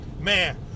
Man